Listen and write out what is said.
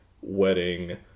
wedding